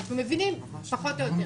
אנחנו מבינים, פחות או יותר.